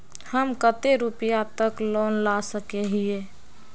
हम कते रुपया तक लोन ला सके हिये?